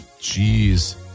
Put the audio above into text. Jeez